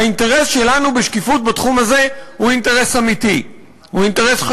האינטרס שלנו בשקיפות בתחום הזה הוא אינטרס אמיתי,